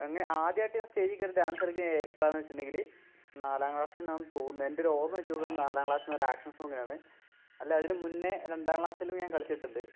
അങ്ങനെ ആദ്യമായിട്ട് ഞാൻ സ്റ്റേജിൽ കയറി ഡാൻസ് കളിക്കുന്നത് എപ്പോഴാണെന്ന് വെച്ചിട്ടുണ്ടെിൽ നാലാം ക്ലാസിൽനിന്നാണ് തോന്നുന്നു എൻ്റെ ഒരു ഓർമ്മ വച്ച് നോക്കുവാണേൽ നാലാം ക്ലാസിൽനിന്ന് ഒരു ആക്ഷൻ സോങ്ങിനാണ് അല്ല അതിന് മുന്നെ രണ്ടാം ക്ലാസിലും ഞാൻ കളിച്ചിട്ടുണ്ട്